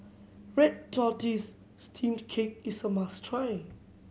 red tortoise steamed cake is a must try